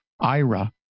ira